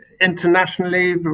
internationally